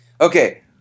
Okay